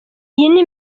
iyi